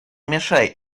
мешай